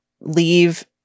leave